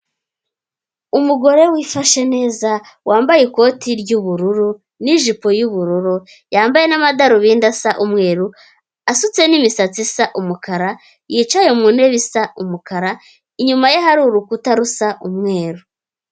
Umugore wifashe neza wambaye ikoti ry'ubururu n'ijipo y'ubururu, yambaye n'amadarubindi asa umweru, asutse n'imisatsi isa umukara, yicaye mu ntebe isa umukara, inyuma ye hari urukuta rusa umweru.